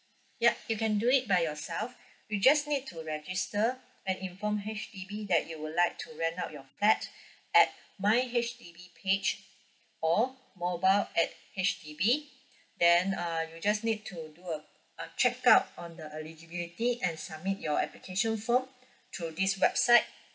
yup you can do it by yourself you just need to register and inform H_D_B that you would like to rent out your flat at my H_D_B page or mobile at H_D_B then uh you just need to do a a check up on the eligibility and submit your application form through this website